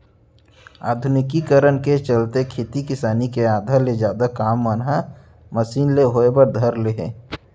आधुनिकीकरन के चलते खेती किसानी के आधा ले जादा काम मन ह मसीन ले होय बर धर ले हे